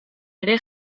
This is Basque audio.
ere